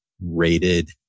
rated